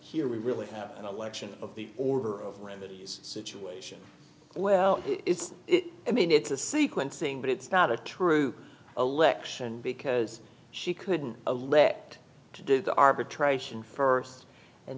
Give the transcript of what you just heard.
here we really have an election of the order of remedies situation well it's i mean it's a sequencing but it's not a true election because she couldn't elect to do the arbitration first and